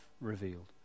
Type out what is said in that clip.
revealed